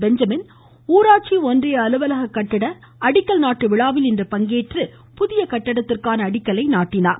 Benjamin ஊராட்சி ஒன்றிய அலுவலக கட்டிட அடிக்கல் நாட்டு விழாவில் இன்று பங்கேற்று புதிய கட்டிடத்திற்கான அடிக்கல் நாட்டினார்